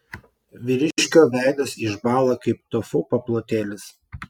vyriškio veidas išbąla kaip tofu paplotėlis